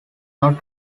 not